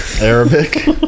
Arabic